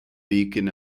beacon